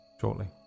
shortly